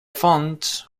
fonts